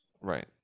Right